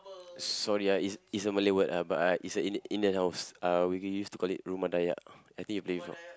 sorry ah it's it's a Malay word ah but I it's a house uh we we used to call it Rumah Dayak I think you play before